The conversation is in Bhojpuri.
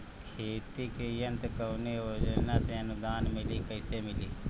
खेती के यंत्र कवने योजना से अनुदान मिली कैसे मिली?